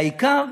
והעיקר,